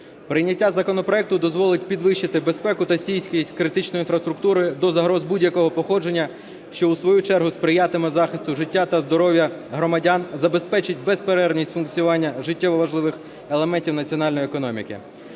Прийняття законопроекту дозволить підвищити безпеку та стійкість критичної інфраструктури до загроз будь-якого походження, що у свою чергу сприятиме захисту життя та здоров'я громадян, забезпечить безперервність функціонування життєво важливих елементів національної економіки.